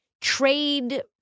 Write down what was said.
trade